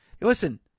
listen